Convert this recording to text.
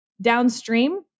downstream